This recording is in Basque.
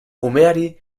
umeari